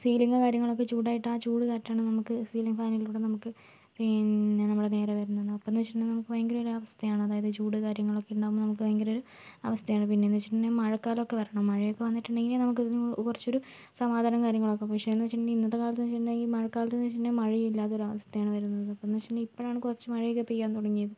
ceiling കാര്യങ്ങളൊക്കെ ചൂടായിട്ട് ആ ചൂട് കാറ്റാണ് നമ്മുക്ക് സീലിങ് ഫാനിലൂടെ നമുക്ക് പിന്നെ നമ്മളെ നേരെ വരുന്നത് അപ്പോഴെന്ന് വെച്ചിട്ടുണ്ടെങ്കിൽ നമുക്ക് ഭയങ്കര ഒരു അവസ്ഥയാണ് അതായത് ചൂട് കാര്യങ്ങളൊക്കെ ഉണ്ടാക്കുമ്പോൾ നമുക്ക് ഭയങ്കരമൊരു അവസ്ഥയാണ് പിന്നെയെന്ന് വെച്ചിട്ടുണ്ടെങ്കിൽ മഴക്കാലമൊക്കെ വരണം മഴയൊക്കെ വന്നിട്ടുണ്ടെങ്കിൽ നമുക്ക് ഒരു കുറച്ചൊരു സമാധാനവും കാര്യങ്ങളൊക്കെ പക്ഷെയെന്ന് വെച്ചിട്ടുണ്ടെങ്കിൽ ഇന്നത്തെ കാലത്ത് വെച്ചിട്ടുണ്ടെങ്കിൽ മഴക്കാലത്ത് വെച്ചിട്ടുണ്ടെങ്കിൽ മഴയില്ലാത്തൊരു അവസ്ഥയാണ് വരുന്നത് ഇപ്പോഴെന്ന് വെച്ചിട്ടുണ്ടെങ്കിൽ ഇപ്പോഴാണ് കുറച്ച് മഴയൊക്കെ പെയ്യാൻ തുടങ്ങിയത്